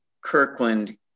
kirkland